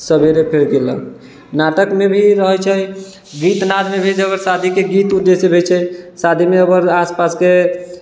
सवेरे फेर गेलक नाटकमे भी रहै छै गीतनादमे भी जब शादीके गीत उत जइसे रहै छै शादीमे अगर आसपासके